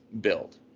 build